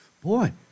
Boy